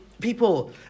people